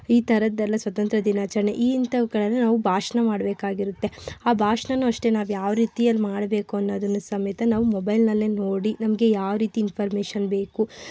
ಈ ಥರದ್ದೆಲ್ಲ ಸ್ವಾತಂತ್ರ್ಯ ದಿನಾಚರಣೆ ಈ ಇಂಥವುಗಳನ್ನ ನಾವು ಭಾಷಣ ಮಾಡಬೇಕಾಗಿರುತ್ತೆ ಆ ಭಾಷಣನೂ ಅಷ್ಟೇ ನಾವು ಯಾವ ರೀತಿಯಲ್ಲಿ ಮಾಡಬೇಕು ಅನ್ನೋದನ್ನು ಸಮೇತ ನಾವು ಮೊಬೈಲ್ನಲ್ಲೇ ನೋಡಿ ನಮಗೆ ಯಾವ್ ರೀತಿ ಇನ್ಫಾರ್ಮೇಷನ್ ಬೇಕು